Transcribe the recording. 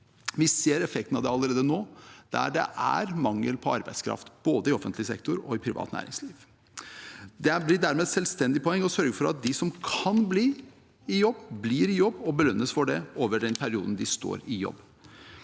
Vi ser effekten av det allerede nå. Det er mangel på arbeidskraft både i offentlig sektor og i privat næringsliv. Det blir dermed et selvstendig poeng å sørge for at de som kan bli i jobb, blir i jobb, og belønnes for det i den perioden de står i jobb.